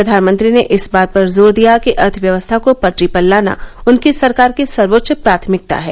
प्रधानमंत्री ने इस बात पर जोर दिया कि अर्थव्यवस्था को पटरी पर लाना उनकी सरकार की सर्वोच्च प्राथमिकता है